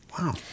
Wow